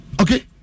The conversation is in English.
Okay